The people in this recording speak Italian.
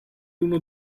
uno